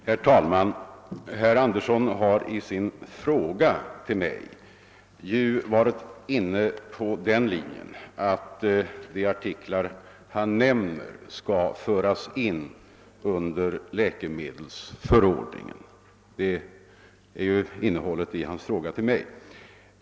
Herr talman! Herr Andersson i örebro har i sin fråga till mig varit inne på den linjen att de artiklar han nämner skall föras in under läkemedelsförordningen, Det är innehållet i hans fråga.